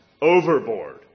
overboard